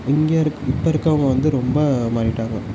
இங்கே இருக் இப்போ இருக்கறவுங்க வந்து ரொம்ப மாறிட்டாங்க